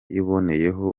iboneyeho